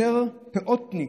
יותר פאותניק,